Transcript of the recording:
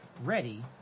ready